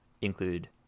include